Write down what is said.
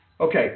Okay